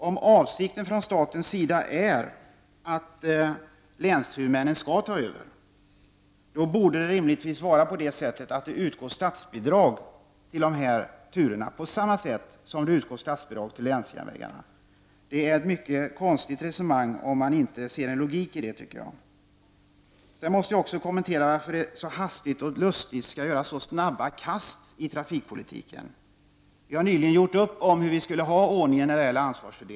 Om avsikten från statens sida är att länshuvudmännen skall ta över, borde det rimligen utgå statsbidrag till dessa turer, på samma sätt som det utgår statsbidrag till länsjärnvägarna. Det blir ett mycket konstigt resonemang om man inte ser en logik i det. Jag vill också kommentera att det så hastigt och lustigt görs så snabba kast i trafikpolitiken. Vi har nyligen gjort upp hur ansvarsfördelningen skall vara.